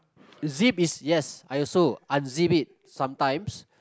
zip is yes I also unzip it sometimes